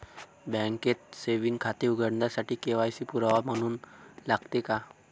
बँकेत सेविंग खाते उघडण्यासाठी के.वाय.सी पुरावा म्हणून लागते का?